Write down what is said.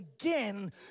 again